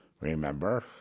Remember